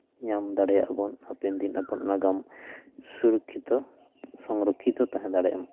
ᱧᱟᱢ ᱫᱟᱲᱮᱭᱟᱜ ᱵᱚᱱ ᱦᱟᱯᱮᱱ ᱫᱤᱱ ᱟᱵᱚᱣᱟᱜ ᱱᱟᱜᱟᱢ ᱥᱩᱨᱚᱠᱠᱷᱤᱛᱚ ᱥᱚᱝᱨᱚᱠᱠᱷᱤᱛᱚ ᱛᱟᱦᱮᱸ ᱫᱟᱲᱮᱭᱟᱜᱼᱢᱟ